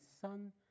son